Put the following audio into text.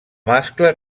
mascle